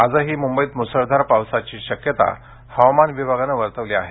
आजही मुंबईत मुसळधार पावसाची शक्यता हवामान विभागाने वर्तवली आहे